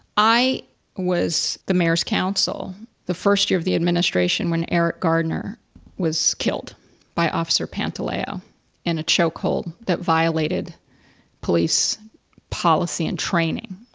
i was the mayor's council the first year of the administration when eric gardner was killed by officer pantaleo in a chokehold that violated police policy and training.